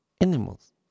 animals